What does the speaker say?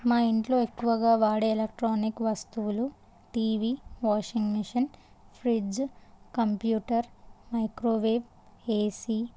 మా ఇంట్లో ఎక్కువగా వాడే ఎలక్ట్రానిక్ వస్తువులు TV washing machine fridge computer microwave ఏసి